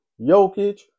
Jokic